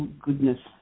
goodness